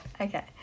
Okay